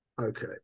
Okay